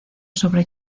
sobre